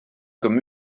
comme